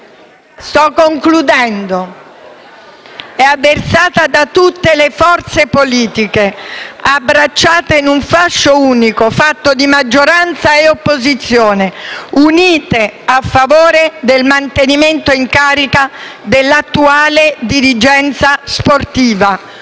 politica è avversata da tutte le forze politiche, abbracciate in un fascio unico fatto di maggioranza e opposizione, unite a favore del mantenimento in carica dell'attuale dirigenza sportiva.